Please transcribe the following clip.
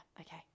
Okay